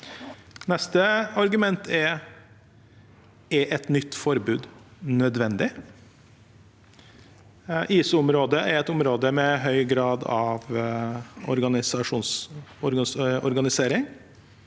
Neste argument er: Er et nytt forbud nødvendig? ISO-området er et område med høy grad av organisering.